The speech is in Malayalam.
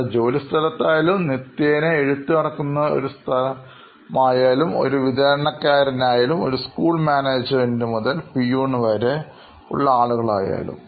അതിപ്പോൾ ഒരു ജോലി സ്ഥലത്തായാലും നിത്യേന എഴുത്തു നടക്കുന്ന ഒരു സ്ഥലമാണ് ഒരു വിതരണക്കാരൻ ആയാലും സ്കൂൾ മാനേജ്മെൻറ് മുതൽ പ്യൂൺ വരെ നിത്യേന എഴുതുന്നവരാണ്